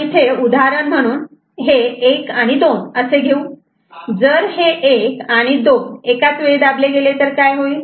उदाहरण म्हणून आपण एक आणि दोन असे घेऊ जर एक आणि दोन एकाच वेळी दाबले गेले तर काय होईल